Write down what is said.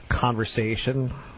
conversation